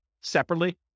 separately